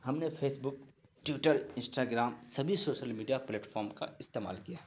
ہم نے Facebook Twitter Instagram سبھی شوشل میڈیا پلیٹ فام کا استعمال کیا ہے